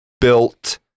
built